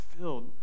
filled